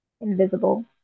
invisible